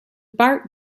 bart